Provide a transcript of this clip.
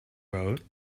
vote